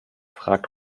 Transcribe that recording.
fragt